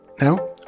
Now